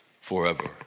forever